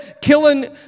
killing